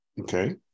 Okay